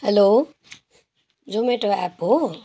hello Zomato आएको हो